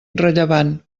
rellevant